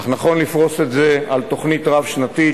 אך נכון לפרוס את זה בתוכנית רב-שנתית,